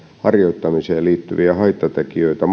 harjoittamiseen liittyviä haittatekijöitä